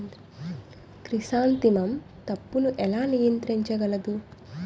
Chrysanthemum తప్పును ఎలా నియంత్రించగలను?